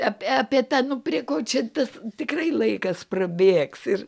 apie apie tą prie ko čia tas tikrai laikas prabėgs ir